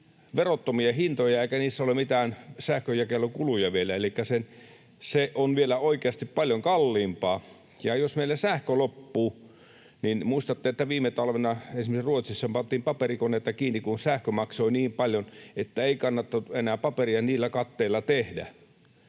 verottomia hintoja eikä niissä ole mitään sähkönjakelukuluja vielä, elikkä se on vielä oikeasti paljon kalliimpaa. Ja jos meillä sähkö loppuu... Muistatte, että viime talvena esimerkiksi Ruotsissa pantiin paperikoneita kiinni, kun sähkö maksoi niin paljon, ettei kannattanut enää paperia niillä katteilla tehdä.